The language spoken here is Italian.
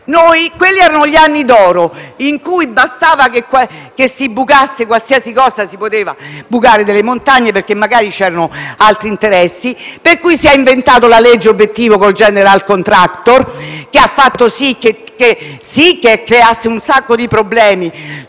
Quelli erano gli anni d'oro in cui bastava che si bucasse qualsiasi cosa: si potevano bucare le montagne, perché magari c'erano altri interessi, per cui si era inventata la legge obiettivo, con il *general contractor*, che ha creato molti problemi